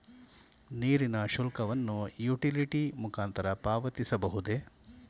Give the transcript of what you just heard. ನೀರಿನ ಶುಲ್ಕವನ್ನು ಯುಟಿಲಿಟಿ ಮುಖಾಂತರ ಪಾವತಿಸಬಹುದೇ?